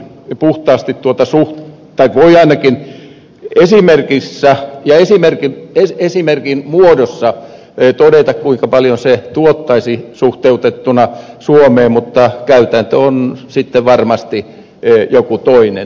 on myöskin todettava että voi ainakin esimerkin muodossa todeta kuinka paljon se tuottaisi suhteutettuna suomeen mutta käytäntö on sitten varmasti jokin toinen